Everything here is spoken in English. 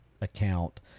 account